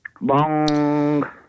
Bong